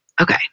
Okay